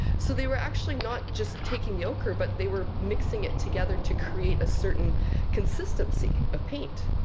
so they were actually not just taking the ochre, but they were mixing it together to create a certain consistency of paint.